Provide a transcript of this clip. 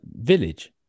village